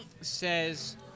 says